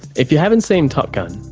if you haven't seen top gun,